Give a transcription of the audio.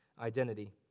identity